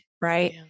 right